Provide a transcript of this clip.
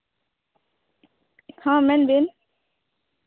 ᱦᱮᱸ ᱢᱮᱱ ᱵᱤᱱ